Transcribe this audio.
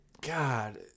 God